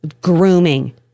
Grooming